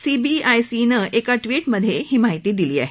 CBIC ने एका tweet मध्ये ही माहिती दिली आहे